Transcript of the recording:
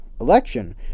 election